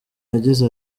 yagize